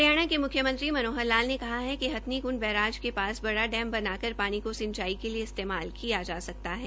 हरियाणा के मुख्यमंत्री मनोहर लाल ने कहा है कि हंथनी कृंड बैराज के पास बड़ा डैम बनाकर पानी को सिंचाई के लिए इस्तेमाल किया जा सकता है